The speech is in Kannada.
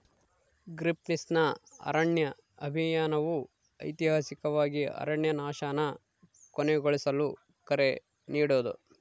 ಗ್ರೀನ್ಪೀಸ್ನ ಅರಣ್ಯ ಅಭಿಯಾನವು ಐತಿಹಾಸಿಕವಾಗಿ ಅರಣ್ಯನಾಶನ ಕೊನೆಗೊಳಿಸಲು ಕರೆ ನೀಡೋದು